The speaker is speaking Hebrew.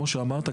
כמו שאמרת,